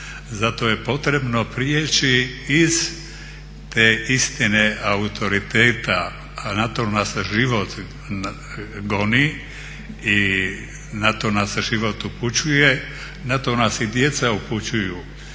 Zato je potrebno prijeći iz te istine autoriteta, a na to nas … goni i na to nas život upućuje, na to nas i djeca upućuju